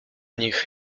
nich